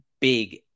big